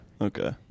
okay